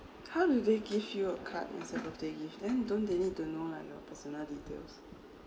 how do they give you a card instead of they give then don't they need to know like your personal details